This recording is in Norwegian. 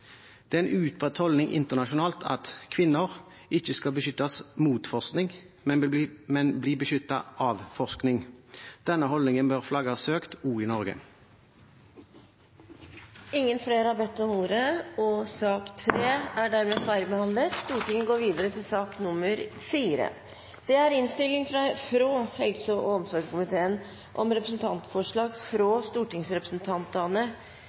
Det er en utbredt holdning internasjonalt at kvinner ikke skal beskyttes mot forskning, men bli beskyttet av forskning. Denne holdningen bør flagges høyt også i Norge. Flere har ikke bedt om ordet til sak nr. 3. Etter ønske fra helse- og omsorgskomiteen vil presidenten foreslå at taletiden blir begrenset til 5 minutter til hver partigruppe og